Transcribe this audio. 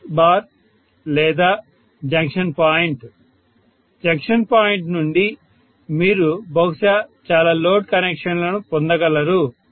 bus bar లేదా junction point junction point నుండి మీరు బహుశా చాలా లోడ్ కనెక్షన్లను పొందగలరు